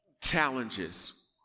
challenges